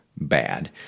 bad